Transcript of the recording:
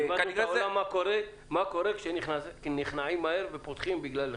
לימדנו את העולם מה קורה כשנכנעים מהר ופותחים בגלל לחצים.